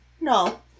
no